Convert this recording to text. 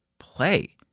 play